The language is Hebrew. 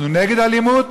אנחנו נגד אלימות,